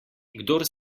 kdor